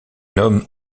homme